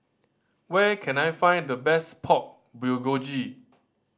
where can I find the best Pork Bulgogi